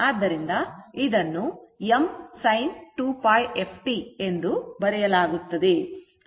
ಆದ್ದರಿಂದ ಇದನ್ನು m sin 2πf t ಎಂದು ಬರೆಯಲಾಗಿದೆ